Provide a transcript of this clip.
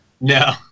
No